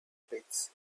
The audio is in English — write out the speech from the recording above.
pits